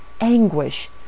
anguish